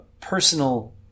personal